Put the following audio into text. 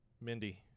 Mindy